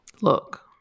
Look